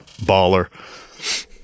baller